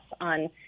on